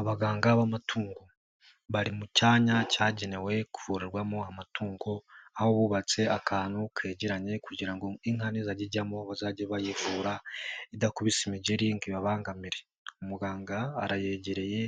Abaganga b'amatungo bari mu cyanya cyagenewe kuvurirwamo amatungo, aho bubatse akantu kegeranye kugira ngo inka nizajya zijyamo bazajye bayivura idakubise imigeri ngo ibababangamire. Umuganga arayegereye